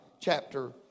chapter